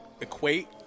Equate